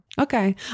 Okay